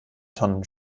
tonnen